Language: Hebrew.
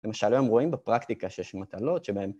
למשל, היום רואים בפרקטיקה שיש מטלות שבהן...